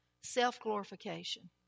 Self-glorification